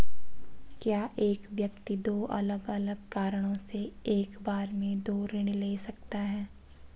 क्या एक व्यक्ति दो अलग अलग कारणों से एक बार में दो ऋण ले सकता है?